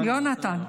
--- יונתן.